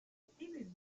steve